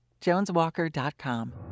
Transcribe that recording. JonesWalker.com